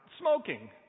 smoking